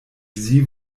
sie